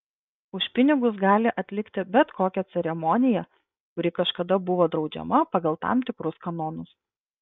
už pinigus gali atlikti bet kokią ceremoniją kuri kažkada buvo draudžiama pagal tam tikrus kanonus